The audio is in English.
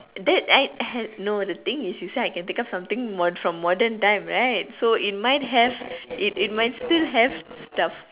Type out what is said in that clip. that I I no the thing is you said I can take up something from modern time right so it might have it it might still have stuff